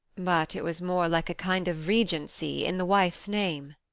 but it was more like a kind of regency in the wife's name.